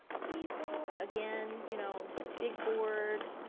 people again you know big board,